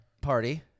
party